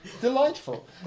Delightful